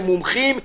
למומחים,